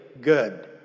good